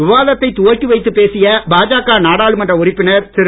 விவாதத்தை துவக்கி வைத்து பேசிய பாஜக நாடாளுமன்ற உறுப்பினர் திரு